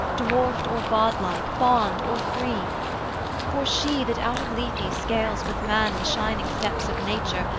dwarfed or godlike, bond or free for she that out of lethe scales with man the shining steps of nature,